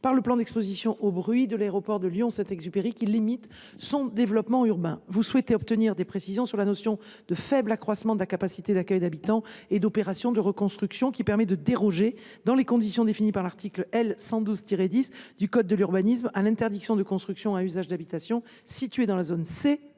par le plan d’exposition au bruit de l’aéroport de Lyon Saint Exupéry, qui limite son développement urbain. Vous souhaitez obtenir des précisions sur les notions de « faible accroissement de la capacité d’accueil d’habitants » et d’« opérations de reconstruction », qui permettent de déroger, dans les conditions définies par l’article L. 112 10 du code de l’urbanisme, à l’interdiction de « constructions à usage d’habitation » situées dans la zone C